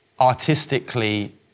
artistically